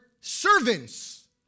servants